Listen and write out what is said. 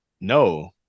No